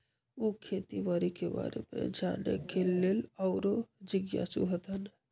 उ खेती बाड़ी के बारे में जाने के लेल आउरो जिज्ञासु हतन